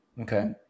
Okay